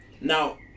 Now